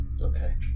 Okay